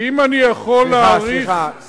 סליחה, סליחה.